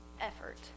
effort